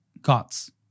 gods